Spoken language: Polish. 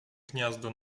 gniazdo